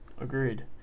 Agreed